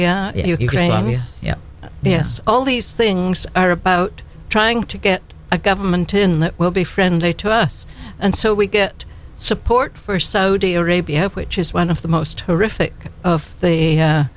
yeah yeah yes all these things are about trying to get a government in that will be friendly to us and so we get support first so do your ab which is one of the most horrific of the